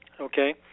Okay